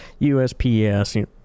USPS